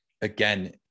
again